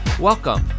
welcome